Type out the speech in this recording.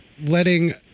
letting